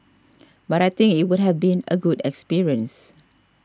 but I think it would have been a good experience